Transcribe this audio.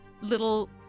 little